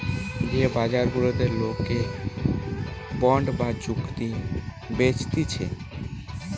যে বাজার গুলাতে লোকে বন্ড বা চুক্তি বেচতিছে